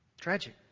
Tragic